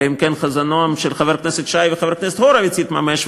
אלא אם כן חזונם של חבר הכנסת שי וחבר הכנסת הורוביץ יתממש,